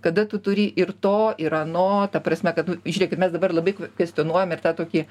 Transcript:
kada tu turi ir to ir ano ta prasme kad nu žiūrėkit mes dabar labai kvestionuojam ir tą tokį